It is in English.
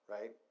right